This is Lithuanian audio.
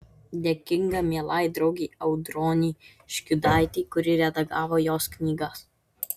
dėkinga mielai draugei audronei škiudaitei kuri redagavo jos knygas